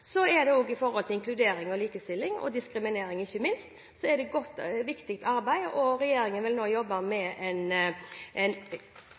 i forbindelse med inkludering, likestilling og diskriminering, ikke minst, et viktig arbeid, og regjeringen vil nå jobbe med en